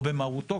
או במרותו,